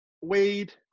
Wade